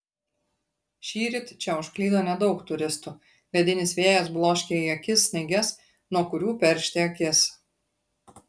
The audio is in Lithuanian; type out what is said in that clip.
šįryt čia užklydo nedaug turistų ledinis vėjas bloškia į akis snaiges nuo kurių peršti akis